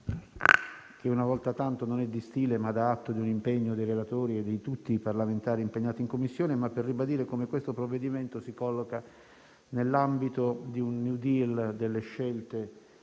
che una volta tanto non è di stile, ma dà atto dell'impegno dei relatori e di tutti i parlamentari in Commissione - ma per ribadire che questo provvedimento si colloca nell'ambito di un *new deal* delle scelte